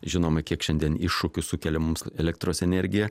žinome kiek šiandien iššūkių sukelia mums elektros energija